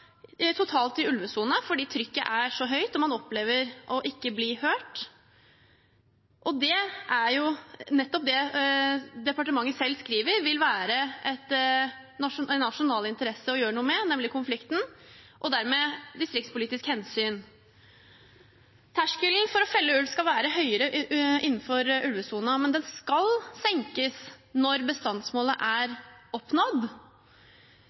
totalt i ulvesonen, fordi trykket er så høyt, og man opplever å ikke bli hørt. Og det er jo nettopp det departementet selv skriver vil være en nasjonal interesse å gjøre noe med, nemlig konflikten, og dermed distriktspolitiske hensyn. Terskelen for å felle ulv skal være høyere innenfor ulvesonen, men den skal senkes når bestandsmålet er